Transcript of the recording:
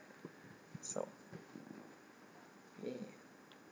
so mm